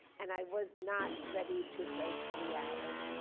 and i was not ready to break three hours.